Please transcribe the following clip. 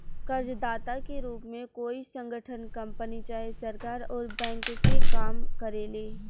कर्जदाता के रूप में कोई संगठन, कंपनी चाहे सरकार अउर बैंक के काम करेले